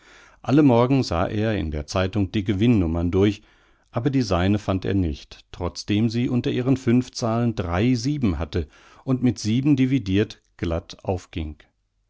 alle morgen sah er in der zeitung die gewinn nummern durch aber die seine fand er nicht trotzdem sie unter ihren fünf zahlen drei sieben hatte und mit sieben dividirt glatt aufging